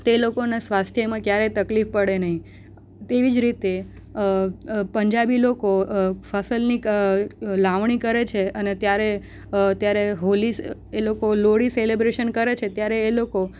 તે લોકોને સ્વાસ્થ્યમાં ક્યારેય તકલીફ પડે નહીં તેવી જ રીતે પંજાબી લોકો ફસલની લાવણી કરે છે અને ત્યારે ત્યારે હોળી એ લોકો લોહરી સેલિબ્રેશન કરે છે ત્યારે એ લોકો